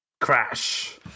Crash